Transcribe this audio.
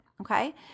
okay